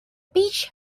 beach